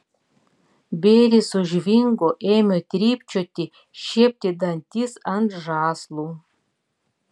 bėris sužvingo ėmė trypčioti šiepti dantis ant žąslų